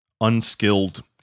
unskilled